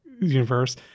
universe